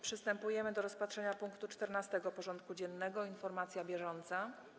Przystępujemy do rozpatrzenia punktu 14. porządku dziennego: Informacja bieżąca.